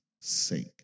sake